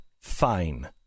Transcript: fine